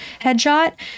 headshot